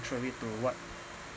truly to what